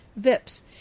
VIPS